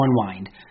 unwind